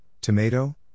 tomato